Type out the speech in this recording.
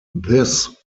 this